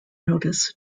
notice